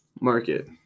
market